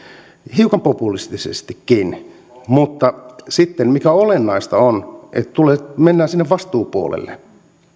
hiukan populistisestikin mutta sitten mikä olennaista on mennään sinne vastuupuolelle